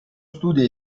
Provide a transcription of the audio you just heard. studia